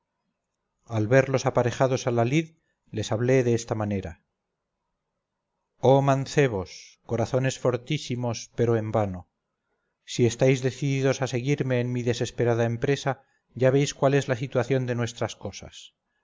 al verlos aparejados a la lid les hablé de esta manera oh mancebos corazones fortísimos pero en vano si estáis decididos a seguirme en mi desesperada empresa ya veis cuál es la situación de nuestras cosas